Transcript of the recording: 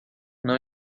não